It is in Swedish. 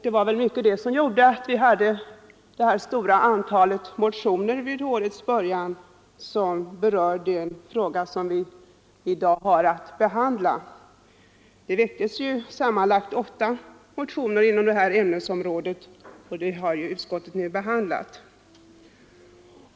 Detta bidrog säkert i stor utsträckning till det stora antal motioner vid årets början som berör den fråga vi i dag har att behandla. Det väcktes sammanlagt åtta motioner inom det här ämnesområdet, som utskottet nu behandlat.